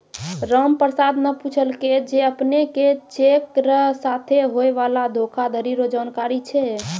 रामप्रसाद न पूछलकै जे अपने के चेक र साथे होय वाला धोखाधरी रो जानकारी छै?